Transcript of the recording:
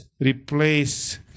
replace